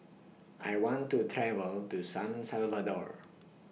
I want to travel to San Salvador